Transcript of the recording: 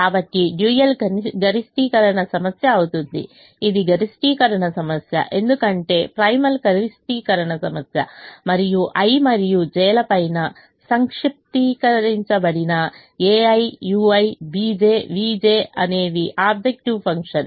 కాబట్టి డ్యూయల్ గరిష్టీకరణ సమస్య అవుతుంది ఇది గరిష్టీకరణ సమస్య ఎందుకంటే ప్రైమల్ కనిష్టీకరణ సమస్య మరియు i మరియు j లపై సంక్షిప్తీకరించబడిన ai ui bj vj అనేవి ఆబ్జెక్టివ్ ఫంక్షన్